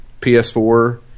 PS4